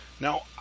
Now